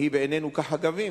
ונהי בעינינו כחגבים,